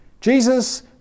Jesus